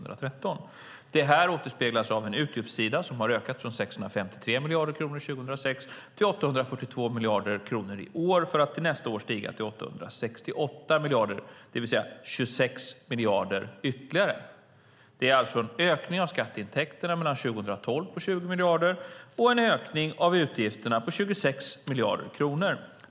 Detta återspeglas av en utgiftssida som har ökat från 653 miljarder kronor 2006 till 842 miljarder kronor i år för att till nästa år stiga till 868 miljarder, det vill säga 26 miljarder ytterligare. Det är alltså en ökning av skatteintäkterna mellan 2012 och 2013 på 20 miljarder och en ökning av utgifterna på 26 miljarder.